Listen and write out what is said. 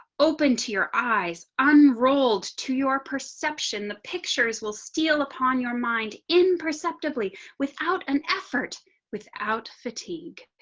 open to your eyes unrolled to your perception. the pictures will steal upon your mind in perceptively without an effort without fatigue.